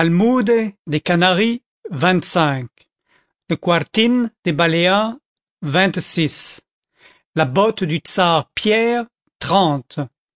des canaries vingt-cinq le cuartin des baléares vingt-six la botte du czar pierre trente